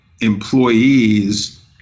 employees